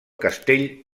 castell